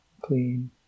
clean